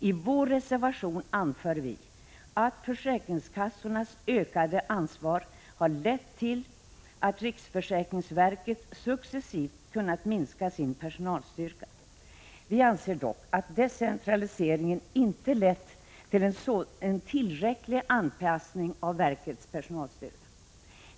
I vår reservation anför vi att försäkringskassornas ökade ansvar har lett till att riksförsäkringsverket successivt kunnat minska sin personalstyrka. Vi anser dock att decentraliseringen inte lett till en tillräcklig anpassning av verkets personalstyrka.